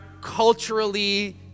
culturally